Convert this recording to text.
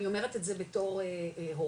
אני אומרת את זה בתור הורה,